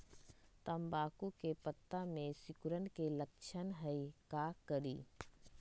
तम्बाकू के पत्ता में सिकुड़न के लक्षण हई का करी?